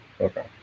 okay